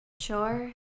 Sure